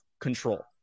control